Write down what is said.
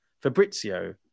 Fabrizio